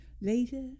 later